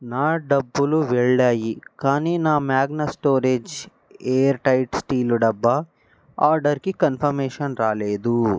నా డబ్బులు వెళ్ళాయి కానీ నా Magnus storage airtight steel డబ్బా ఆడర్కి కన్ఫామేషన్ రాలేదు